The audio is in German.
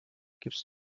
gibst